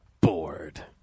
Bored